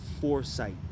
foresight